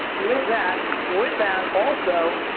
with that with that also,